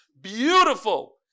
beautiful